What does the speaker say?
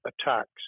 attacks